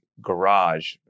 garage